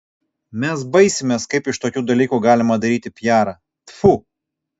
mes baisimės kaip iš tokių dalykų galima daryti pijarą tfu